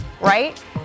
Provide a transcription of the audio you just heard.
right